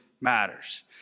matters